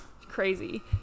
crazy